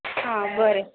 हा बरें